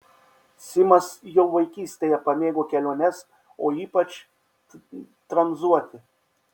simas jau vaikystėje pamėgo keliones o ypač tranzuoti